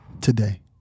today